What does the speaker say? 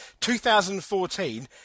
2014